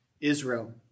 Israel